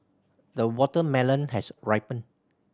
the watermelon has ripened